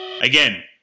Again